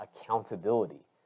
accountability